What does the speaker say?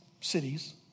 cities